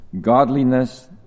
godliness